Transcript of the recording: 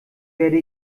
werde